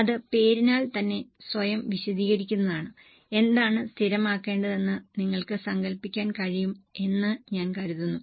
അത് പേരിനാൽ തന്നെ സ്വയം വിശദീകരിക്കുന്നതാണ് എന്താണ് സ്ഥിരമാക്കേണ്ടതെന്ന് നിങ്ങൾക്ക് സങ്കൽപ്പിക്കാൻ കഴിയും എന്ന് ഞാൻ കരുതുന്നു